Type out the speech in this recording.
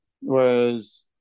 Whereas